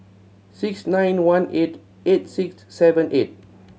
six nine one eight eight six seven eight